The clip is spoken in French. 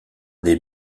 des